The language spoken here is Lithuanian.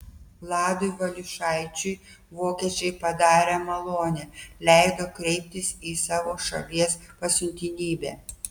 vladui valiušaičiui vokiečiai padarė malonę leido kreiptis į savo šalies pasiuntinybę